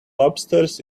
lobsters